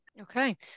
Okay